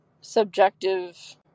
subjective